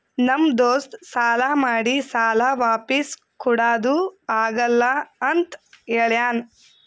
ನಮ್ ದೋಸ್ತ ಸಾಲಾ ಮಾಡಿ ಸಾಲಾ ವಾಪಿಸ್ ಕುಡಾದು ಆಗಲ್ಲ ಅಂತ ಹೇಳ್ಯಾನ್